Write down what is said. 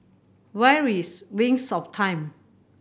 where is Wings of Time